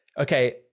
okay